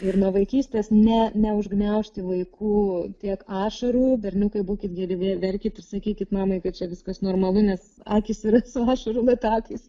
ir nuo vaikystės ne neužgniaužti vaikų tiek ašarų berniukai būkit geri ve verkit ir sakykit mamai kad čia viskas normalu nes akys ra su ašarų latakais